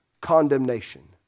condemnation